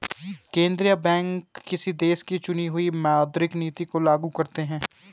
केंद्रीय बैंक किसी देश की चुनी हुई मौद्रिक नीति को लागू करते हैं